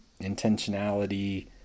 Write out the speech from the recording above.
intentionality